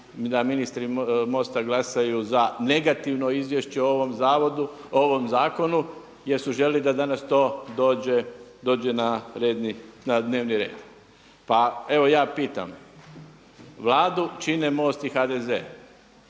ministri MOST-a glasaju za negativno izvješće o ovom zakonu jer su željeli da danas to dođe na dnevni red. Pe evo ja pitam, Vladu čine MOST i HDZ,